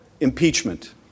impeachment